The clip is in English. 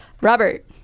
Robert